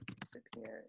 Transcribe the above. disappeared